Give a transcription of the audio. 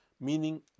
Meaning